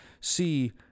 see